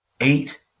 eight